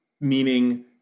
Meaning